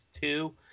two